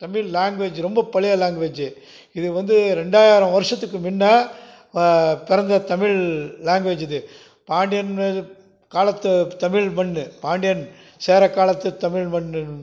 Tamil language ரொம்ப பழைய language இது வந்து ரெண்டாயிரம் வருஷத்துக்கு முன்ன பிறந்த தமிழ் லாங்குவேஜ் இது பாண்டியன் காலத்து தமிழ் மண் பாண்டியன் சேர காலத்து தமிழ் மண்